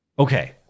Okay